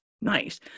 Nice